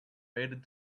faded